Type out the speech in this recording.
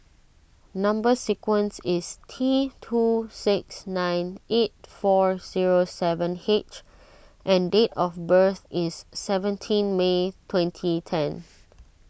Number Sequence is T two six nine eight four zero seven H and date of birth is seventeen May twenty ten